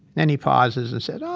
then he pauses and said, oh,